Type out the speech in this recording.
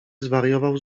zwariował